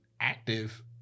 active